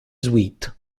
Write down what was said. suite